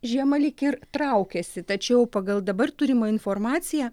žiemą lyg ir traukiasi tačiau pagal dabar turimą informaciją